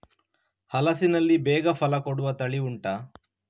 ಹಲಸಿನಲ್ಲಿ ಬೇಗ ಫಲ ಕೊಡುವ ತಳಿ ಉಂಟಾ